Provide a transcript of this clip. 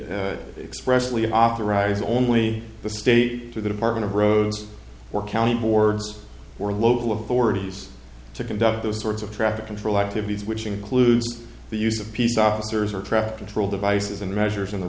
express leave authorize only the state to the department of roads or county boards or local of forty's to conduct those sorts of traffic control activities which includes the use of peace officers or traffic control devices and measures in the